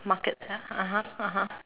market ya (uh huh) (uh huh)